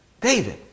David